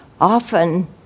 Often